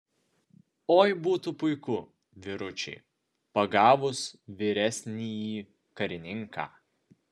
oi būtų puiku vyručiai pagavus vyresnįjį karininką